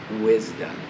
wisdom